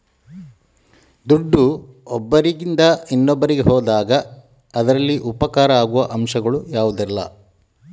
ದುಡ್ಡು ಒಬ್ಬರಿಂದ ಇನ್ನೊಬ್ಬರಿಗೆ ಹೋದಾಗ ಅದರಲ್ಲಿ ಉಪಕಾರ ಆಗುವ ಅಂಶಗಳು ಯಾವುದೆಲ್ಲ?